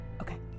okay